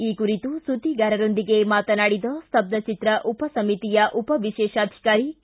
ಈ ಕುರಿತು ಸುದ್ದಿಗಾರರೊಂದಿಗೆ ಮಾತನಾಡಿದ ಸ್ತಬ್ಬಚಿತ್ರ ಉಪಸಮಿತಿಯ ಉಪ ವಿಶೇಷಾಧಿಕಾರಿ ಕೆ